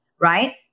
right